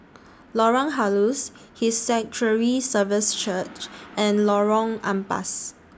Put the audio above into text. Lorong Halus His Sanctuary Services Church and Lorong Ampas